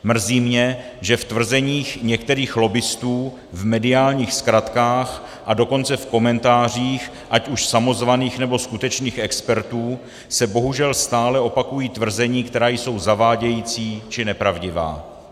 Mrzí mě, že v tvrzeních některých lobbistů, v mediálních zkratkách, a dokonce v komentářích ať už samozvaných, nebo skutečných expertů se bohužel stále opakují tvrzení, která jsou zavádějící, či nepravdivá.